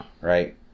right